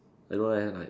I don't know leh like